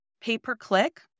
Pay-per-click